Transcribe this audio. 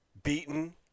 beaten